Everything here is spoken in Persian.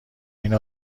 این